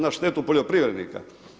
Na štetu poljoprivrednika.